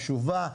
שחשובה',